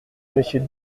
monsieur